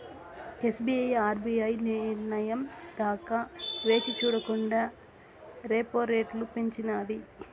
SBI RBI నిర్నయం దాకా వేచిచూడకండా రెపో రెట్లు పెంచినాది